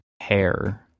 hair